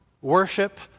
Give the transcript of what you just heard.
worship